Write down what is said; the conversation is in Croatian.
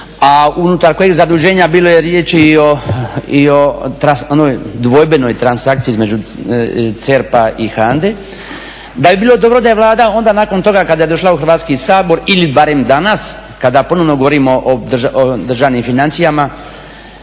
a unutar kojeg zaduženja bilo je riječi i o onoj dvojbenoj transakciji između CERP-a i HANDA-e, da bi bilo dobro da je Vlada onda nakon toga kada je došla u Hrvatski sabor ili barem danas kada ponovno govorimo o državnim financijama